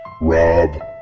Rob